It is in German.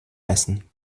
essen